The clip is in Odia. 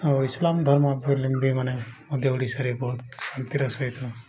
ଆଉ ଇସଲାମ ଧର୍ମାବଲମ୍ୱୀମାନେ ମଧ୍ୟ ଓଡ଼ିଶାରେ ବହୁତ ଶାନ୍ତିର ସହିତ